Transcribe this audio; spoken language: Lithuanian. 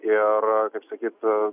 ir kaip sakyt